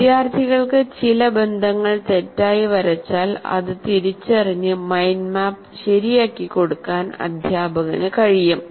വിദ്യാർത്ഥികൾക്ക് ചില ബന്ധങ്ങൾ തെറ്റായി വരച്ചാൽ അത് തിരിച്ചറിഞ്ഞ് മൈൻഡ് മാപ്പ് ശരിയാക്കി കൊടുക്കാൻ അധ്യാപകന് കഴിയും